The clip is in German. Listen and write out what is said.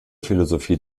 philosophie